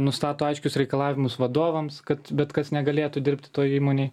nustato aiškius reikalavimus vadovams kad bet kas negalėtų dirbti toje įmonėj